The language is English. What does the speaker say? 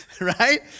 Right